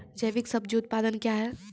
जैविक सब्जी उत्पादन क्या हैं?